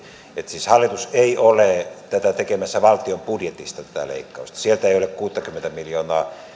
että hallitus ei siis ole tätä leikkausta tekemässä valtion budjetista että sieltä ei ole kuuttakymmentä miljoonaa